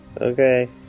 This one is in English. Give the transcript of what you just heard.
Okay